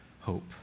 hope